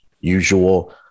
usual